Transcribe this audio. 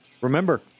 Remember